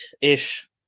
ish